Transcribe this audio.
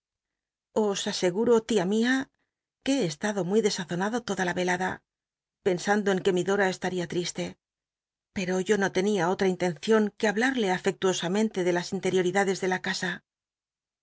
os aseguro tia mia que he estado muy desazonado toda la c iada pensando en que mi dora estaría triste pero yo no tenia otra intencion que hablarle afectuosamente de las interioridades de la casa